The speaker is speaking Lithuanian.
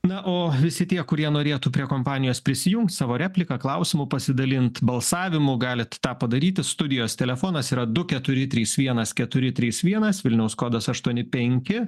na o visi tie kurie norėtų prie kompanijos prisijungt savo repliką klausimu pasidalint balsavimu galit tą padaryti studijos telefonas yra du keturi trys vienas keturi trys vienas vilniaus kodas aštuoni penki